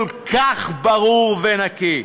כל כך ברור ונקי.